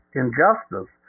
injustice